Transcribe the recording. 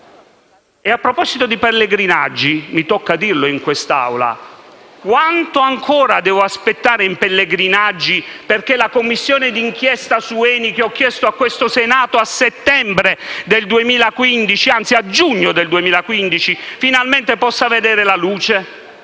E a proposito di pellegrinaggi - mi tocca dirlo in quest'Assemblea - quanto ancora devo aspettare, in termini di pellegrinaggi, perché la Commissione di inchiesta su ENI che ho chiesto a questo Senato a settembre 2015, anzi a giugno 2015, finalmente possa vedere la luce?